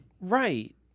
Right